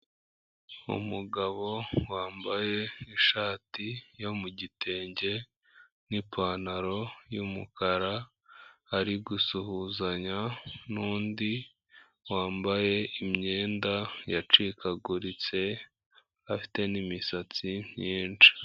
Umugabo wambaye ishati yo mu gitenge n'ipantaro y'umukara ari gusuhuzanya n'undi wambaye imyenda yacikaguritse, afite n'imisatsi myinshi.